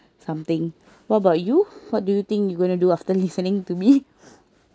something what about you what do you think you gonna do after listening to me